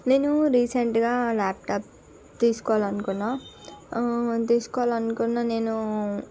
నేను రీసెంట్గా లాప్టాప్ తీసుకోవాలనుకున్నా తీసుకోవాలనుకున్నా నేను